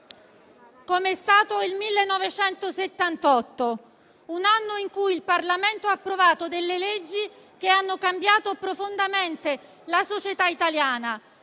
come è stato il 1978, un anno in cui il Parlamento ha approvato delle leggi che hanno cambiato profondamente la società italiana: